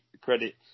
credit